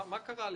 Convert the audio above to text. מה קרה לזה?